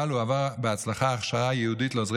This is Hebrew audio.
אבל הוא עבר בהצלחה הכשרה ייעודית לעוזרי